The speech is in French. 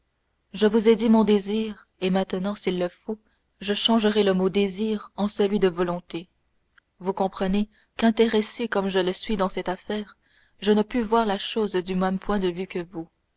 je vous ai dit mon désir et maintenant s'il le faut je changerai le mot désir en celui de volonté vous comprenez qu'intéressé comme je le suis dans cette affaire je ne puis voir la chose du même point de vue que vous